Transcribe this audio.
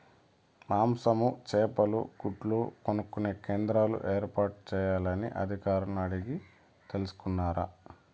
మాంసము, చేపలు, గుడ్లు కొనుక్కొనే కేంద్రాలు ఏర్పాటు చేయాలని అధికారులను అడిగి తెలుసుకున్నారా?